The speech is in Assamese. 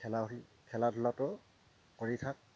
খেলা ধূলা খেলা ধূলাটো কৰি থাক